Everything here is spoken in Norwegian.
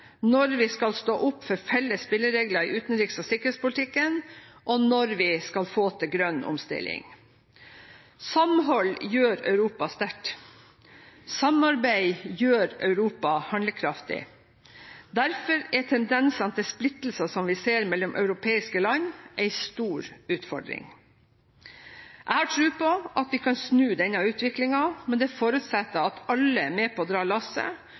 når vi skal stå opp for felles spilleregler i utenriks- og sikkerhetspolitikken, og når vi skal få til grønn omstilling. Samhold gjør Europa sterkt. Samarbeid gjør Europa handlekraftig. Derfor er tendensene til splittelser som vi ser mellom europeiske land, en stor utfordring. Jeg har tro på at vi kan snu denne utviklingen, men det forutsetter at alle er med på å dra lasset,